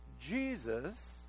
Jesus